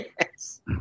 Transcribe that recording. yes